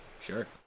sure